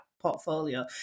portfolio